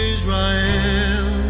Israel